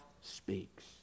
speaks